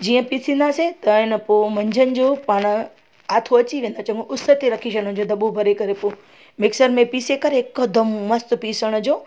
जीअं पीसींदासीं त अन पोइ मंझंदि जो पाणि हाथो अची वेंदा आहिनि चङो उस ते रखी छॾण जो दॿो भरे पोइ मिक्सर में पीसे करे हिकदमि मस्तु पीसण जो